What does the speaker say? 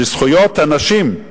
שזכויות הנשים,